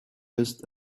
must